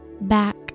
back